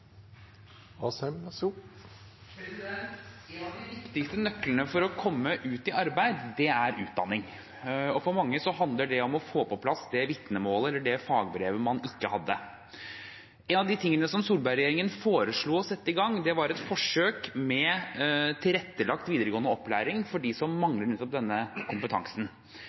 utdanning, og for mange handler det om å få på plass det vitnemålet eller det fagbrevet man ikke hadde. En av de tingene som Solberg-regjeringen foreslo å sette i gang, var et forsøk med tilrettelagt videregående opplæring for dem som mangler nettopp denne kompetansen.